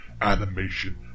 animation